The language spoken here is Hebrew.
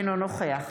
אינו נוכח